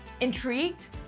Intrigued